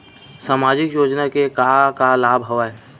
सामाजिक योजना के का का लाभ हवय?